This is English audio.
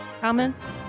comments